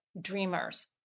dreamers